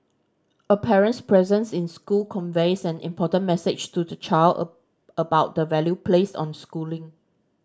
a parent's presence in school conveys an important message to the child about the value placed on schooling